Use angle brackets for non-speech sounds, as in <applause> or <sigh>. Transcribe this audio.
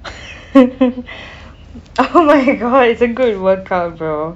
<noise> oh my god it's a good workout bro